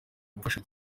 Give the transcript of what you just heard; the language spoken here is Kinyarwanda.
gufasha